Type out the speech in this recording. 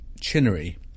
Chinnery